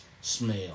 smell